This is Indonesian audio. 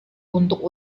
untuk